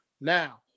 Now